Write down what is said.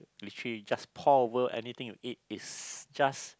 literally just pour over anything you eat it's just